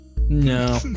No